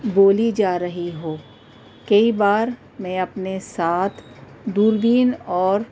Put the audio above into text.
بولی جا رہی ہو کئی بار میں اپنے ساتھ دوربین اور